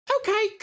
Okay